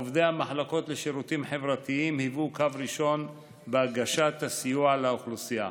עובדי המחלקות לשירותים חברתיים היו קו ראשון בהגשת הסיוע לאוכלוסייה.